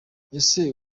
ese